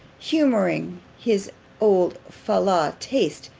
humouring his old fal-lal taste,